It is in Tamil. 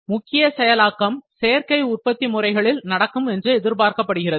முக்கிய செயலாக்கம் சேர்க்கை உற்பத்தி முறைகளில் நடக்கும் என்று எதிர்பார்க்கப்படுகிறது